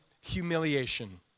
humiliation